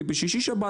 כי בשישי-שבת,